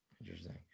Interesting